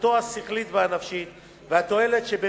יכולתו השכלית והנפשית והתועלת שבה